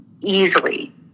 Easily